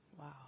Wow